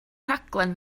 rhaglen